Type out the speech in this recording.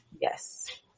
Yes